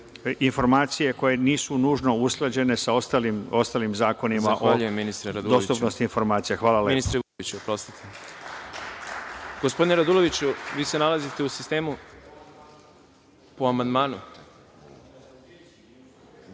informacije koje nisu nužno usklađene sa ostalim zakonima o dostupnosti informacija. Hvala lepo.